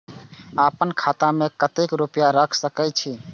आपन खाता में केते रूपया रख सके छी?